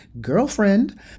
girlfriend